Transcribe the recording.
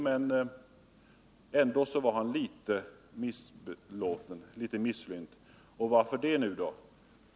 Men han var ändå litet misslynt. Och varför det då?